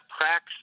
cracks